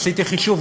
עשיתי חישוב,